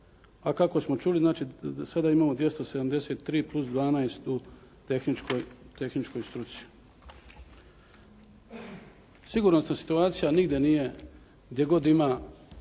a kako smo čuli, znači sada imamo 273 plus 12 u tehničkoj struci. Sigurnosna situacija nigdje nije, gdje god ima